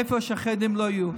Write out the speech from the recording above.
איפה שהחרדים לא יהיו.